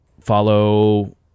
follow